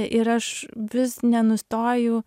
ir aš vis nenustoju